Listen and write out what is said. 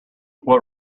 what